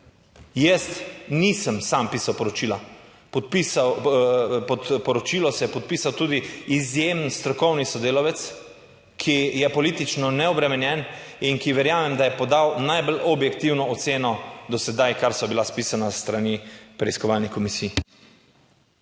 Jaz nisem sam pisal poročila. Pod poročilo se je podpisal tudi izjemen strokovni sodelavec, ki je politično neobremenjen in ki verjamem, da je podal najbolj objektivno oceno do sedaj, kar so bila spisana s strani preiskovalnih komisij.